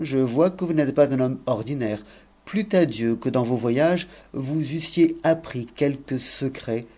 je vois que vous n'êtes pas un homme ordinaire plût a di que dans vos voyages vous eussiez appris quelque secret